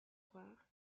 croire